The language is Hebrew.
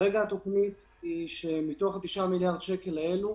כרגע התוכנית היא שמתוך תשעת מיליארד השקלים האלה,